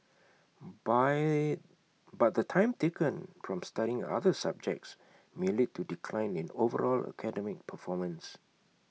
buy but the time taken from studying other subjects may lead to A decline in overall academic performance